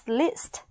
list